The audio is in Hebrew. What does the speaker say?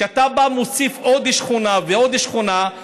כשאתה מוסיף עוד שכונה ועוד שכונה,